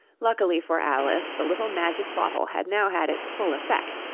luckily for alice, the little magic bottle had now had its full effect,